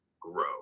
grow